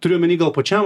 turiu omeny gal pačiam